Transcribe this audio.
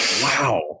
Wow